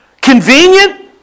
Convenient